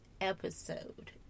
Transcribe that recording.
episode